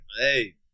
Hey